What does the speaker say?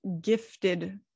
gifted